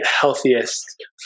healthiest